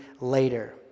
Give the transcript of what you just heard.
later